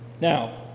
Now